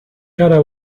gara